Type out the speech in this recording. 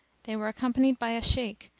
they were accompanied by a shaykh,